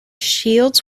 shields